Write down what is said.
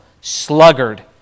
sluggard